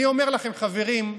אני אומר לכם, חברים,